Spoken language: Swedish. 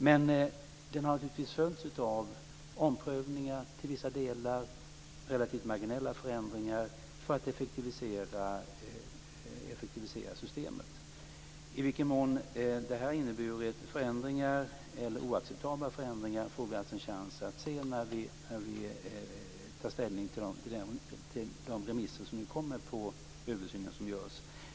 Men den har naturligtvis följts av omprövningar till viss del, relativt marginella förändringar, för att effektivisera systemet. I vilken mån det har inneburit oacceptabla förändringar får vi en chans att se när vi tar ställning till de remisser som nu kommer till följd av översynen som görs.